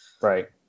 Right